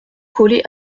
coller